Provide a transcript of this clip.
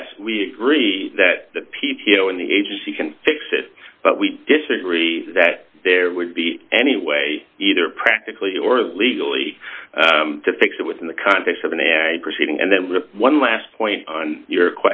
yes we agree that the p p o in the agency can fix it but we disagree that there would be any way either practically or legally to fix it within the context of an ag proceeding and then rip one last point on your